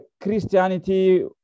Christianity